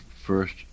first